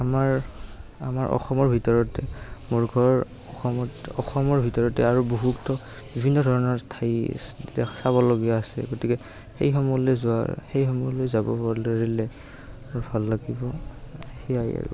আমাৰ আমাৰ অসমৰ ভিতৰতে মোৰ ঘৰ অসমত অসমৰ ভিতৰতে আৰু বহুতো বিভিন্ন ধৰণৰ ঠাইবিলাক চাবলগীয়া আছে গতিকে সেইসমূহলৈ যোৱাৰ সেইসমূহলৈ যাব পাৰিলে ৰিলেক্স ভাল লাগিব সেয়াই আৰু